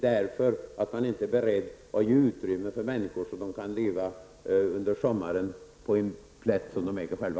Man är inte beredd att ge människor utrymme att under sommaren leva på en plätt som de äger själva.